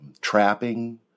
trapping